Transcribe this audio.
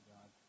God